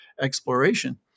exploration